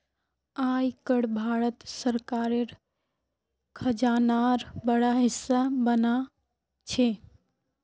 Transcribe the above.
आय कर भारत सरकारेर खजानार बड़ा हिस्सा बना छे